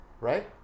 Right